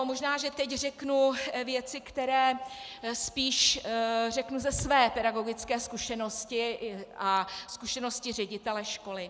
Možná že teď řeknu věci, které spíš řeknu ze své pedagogické zkušenosti a zkušenosti ředitele školy.